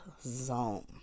zone